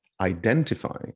identify